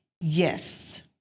Yes